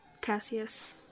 Cassius